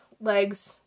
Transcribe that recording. Legs